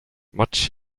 much